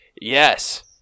Yes